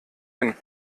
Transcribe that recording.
hin